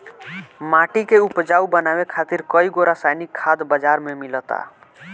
माटी के उपजाऊ बनावे खातिर कईगो रासायनिक खाद बाजार में मिलता